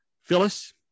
Phyllis